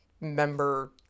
member